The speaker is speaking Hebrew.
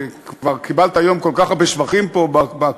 וכבר קיבלת היום כל כך הרבה שבחים פה בכנסת,